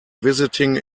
visiting